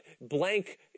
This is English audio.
blank